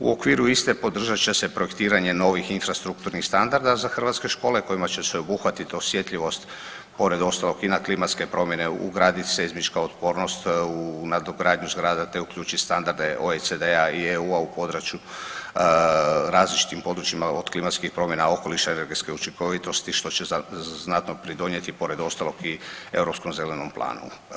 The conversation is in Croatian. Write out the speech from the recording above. U okviru iste podržat će se projektiranje novih infrastrukturnih standarda za hrvatske škole kojima će se obuhvatiti osjetljivost pored ostalog i na klimatske promjene, ugradit seizmička otpornost u nadogradnju zgrada te uključit standarde OECD-a i EU-a u području različitim područjima od klimatskih promjena, okoliša i energetske učinkovitosti što će znatno pridonijeti pored ostalog i Europskom zelenom planu.